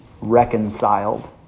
reconciled